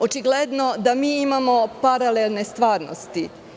Očigledno je da mi imamo paralelne stvarnosti.